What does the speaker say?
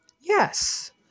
Yes